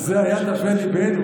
על זה היה, פחדתי.